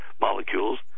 molecules